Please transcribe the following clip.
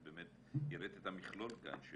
את באמת הראית את המכלול של